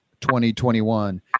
2021